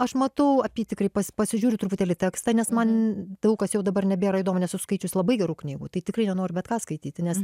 aš matau apytikriai pasižiūriu truputėlį tekstą nes man daug kas jau dabar nebėra įdomu nes esu skaičius labai gerų knygų tai tikrai nenoriu bet ką skaityti nes